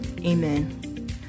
Amen